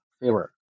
favor